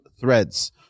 threads